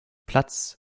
platz